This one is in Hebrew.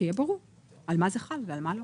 שיהיה ברור על מה זה חל ועל מה לא.